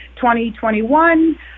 2021